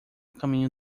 caminho